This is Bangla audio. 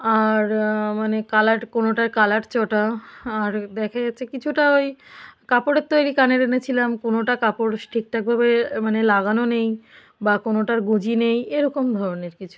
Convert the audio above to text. আর মানে কালার কোনোটার কালার চটা আর দেখা যাচ্ছে কিছুটা ওই কাপড়ের তৈরি কানের এনেছিলাম কোনোটা কাপড় ঠিকঠাকভাবে মানে লাগানো নেই বা কোনোটার গুঁজি নেই এরকম ধরনের কিছু